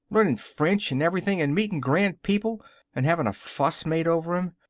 learning french and everything, and meeting grand people and having a fuss made over em.